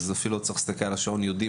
כך שאפילו לא צריך להסתכל על השעון; יודעים